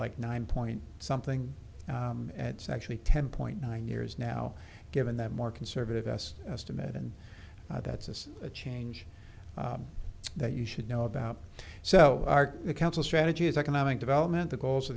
like nine point something and it's actually ten point nine years now given that more conservative best estimate and that's a change that you should know about so the council strategy is economic development the goals of